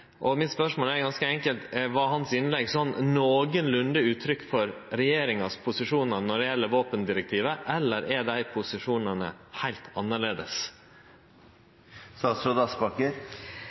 Rytman. Mitt spørsmål er ganske enkelt: Var hans innlegg sånn nokolunde uttrykk for regjeringas posisjonar når det gjeld våpendirektivet, eller er dei posisjonane heilt